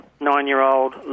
nine-year-old